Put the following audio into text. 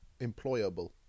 employable